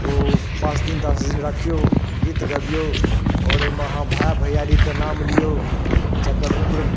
ओ पाँच दिन दस दिन रखिऔ गीत गबिऔ आओर ओइमे अहाँ भाय भैआरीक नाम लिऔ जकर उम्र